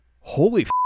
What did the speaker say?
holy